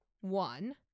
One